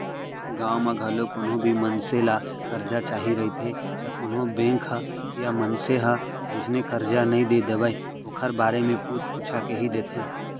गाँव म घलौ कोनो भी मनसे ल करजा चाही रहिथे त कोनो बेंक ह या मनसे ह अइसने करजा नइ दे देवय ओखर बारे म पूछ पूछा के ही देथे